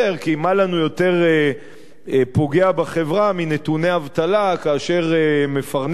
כי מה לנו יותר פוגע בחברה מנתוני אבטלה כאשר מפרנסת